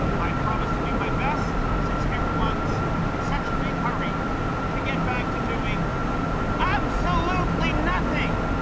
i promised to do my best, since everyone's in such a big hurry to get back to doing absolutely nothing!